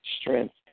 strength